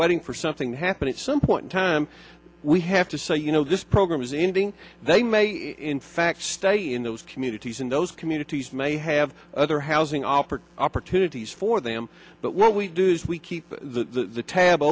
waiting for something to happen at some point in time we have to say you know this program is ending they may in fact stay in those communities in those communities may have other housing offered opportunities for them but what we do is we keep the tab